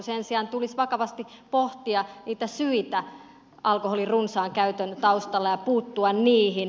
sen sijaan tulisi vakavasti pohtia niitä syitä alkoholin runsaan käytön taustalla ja puuttua niihin